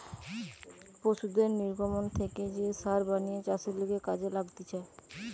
পশুদের নির্গমন থেকে যে সার বানিয়ে চাষের লিগে কাজে লাগতিছে